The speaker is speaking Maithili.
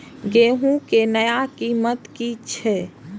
गेहूं के नया कीमत की छे?